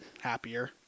happier